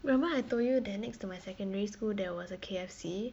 remember I told you that next to my secondary school there was a K_F_C